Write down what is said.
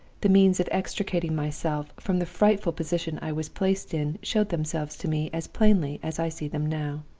the means of extricating myself from the frightful position i was placed in showed themselves to me as plainly as i see them now.